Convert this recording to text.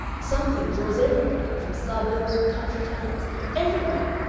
something draws everybody. from suburbs, from country towns everywhere.